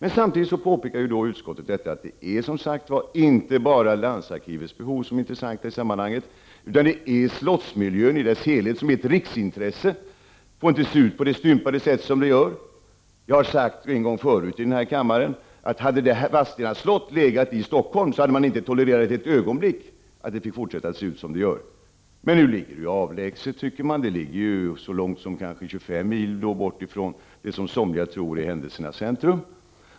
Utskottet påpekar att det, som sagt var, inte bara är landsarkivets behov som är intressanta i sammanhanget. Slottsmiljön i dess helhet är ett riksintresse. Den får inte se så stympad ut som den nu gör. Jag har en gång förut i denna kammare sagt att om Vadstena slott hade legat i Stockholm, hade man inte ett ögonblick tolererat att det fick fortsätta att se ut som det gör. Men nu ligger det ju avlägset, tycker man. Det ligger så långt som kanske 25 mil bort ifrån det som somliga tror är händelsernas centrum.